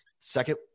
second